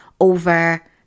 over